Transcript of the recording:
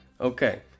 Okay